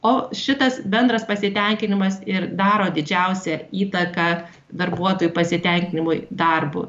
o šitas bendras pasitenkinimas ir daro didžiausią įtaką darbuotojų pasitenkinimui darbu